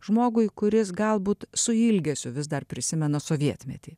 žmogui kuris galbūt su ilgesiu vis dar prisimena sovietmetį